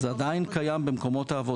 זה עדיין קיים במקומות העבודה.